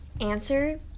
answer